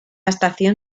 estación